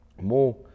more